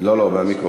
לא, לא, מהמיקרופון.